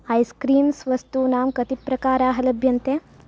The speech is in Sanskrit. ऐस् क्रीम्स् वस्तूनां कति प्रकाराः लभ्यन्ते